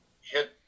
hit